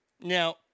Now